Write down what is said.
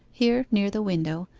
here, near the window,